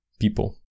people